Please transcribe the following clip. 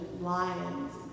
lions